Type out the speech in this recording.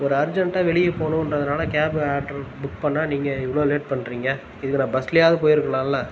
ஒரு அர்ஜெண்டாக வெளியே போகணுன்றதுனால கேபை ஆர்டர் புக் பண்ணால் நீங்கள் இவ்வளோ லேட் பண்ணுறீங்க இதுக்கு நான் பஸ்லேயாது போயிருக்கலாம்லே